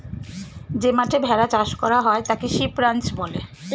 যে মাঠে ভেড়া চাষ করা হয় তাকে শিপ রাঞ্চ বলে